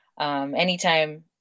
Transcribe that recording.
Anytime